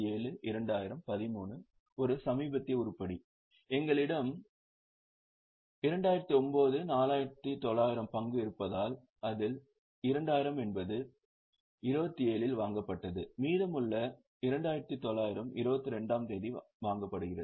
27 2000 13 ஒரு சமீபத்திய உருப்படி நம்மிடம் 2009 4900 பங்கு இருப்பதால் அதில் 2000 என்பது 27 இல் வாங்கப்பட்டது மீதமுள்ள 2900 22 ஆம் தேதி வாங்கப்படுகிறது